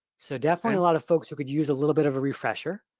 so definitely a lot of folks who could use a little bit of a refresher.